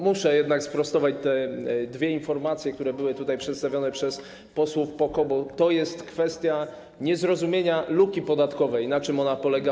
Muszę jednak sprostować te dwie informacje, które były tutaj przedstawione przez posłów PO-KO, bo to jest kwestia niezrozumienia luki podatkowej, na czym ona polega.